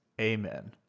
Amen